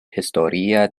historia